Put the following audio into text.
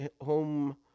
home